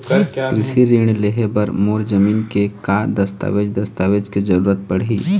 कृषि ऋण लेहे बर मोर जमीन के का दस्तावेज दस्तावेज के जरूरत पड़ही?